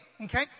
Okay